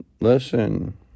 Listen